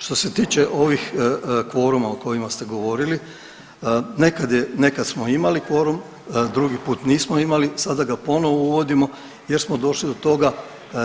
Što se tiče ovih kvoruma o kojima ste govorili nekad je, nekad smo imali kvorum, drugi put nismo imali, sada ga ponovo uvodimo jer smo došli do toga